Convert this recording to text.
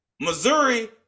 Missouri